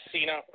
Cena